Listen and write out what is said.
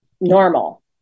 normal